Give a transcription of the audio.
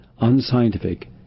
unscientific